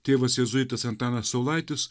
tėvas jėzuitas antanas saulaitis